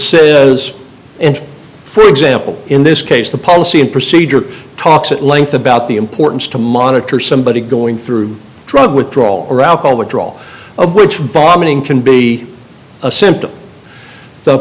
and for example in this case the policy and procedure talks at length about the importance to monitor somebody going through drug withdrawal or alcohol withdrawal of which vomiting can be a symptom the